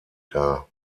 dar